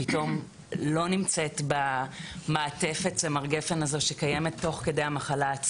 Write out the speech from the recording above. פתאום מעטפת הצמר שקיימת תוך כדי המחלה,